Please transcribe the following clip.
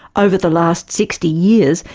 ah over the last sixty years,